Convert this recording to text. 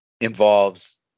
involves